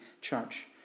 church